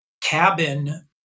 cabin